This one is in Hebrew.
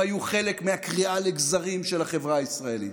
היו חלק מהקריעה לגזרים של החברה הישראלית.